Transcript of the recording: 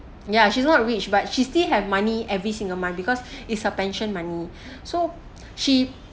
ya she's not rich but she still have money every single month because it's her pension money so she